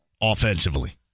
offensively